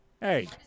Hey